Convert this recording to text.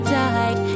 died